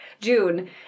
june